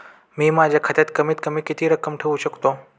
मी माझ्या खात्यात कमीत कमी किती रक्कम ठेऊ शकतो?